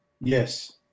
Yes